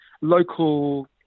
local